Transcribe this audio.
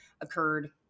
occurred